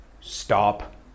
stop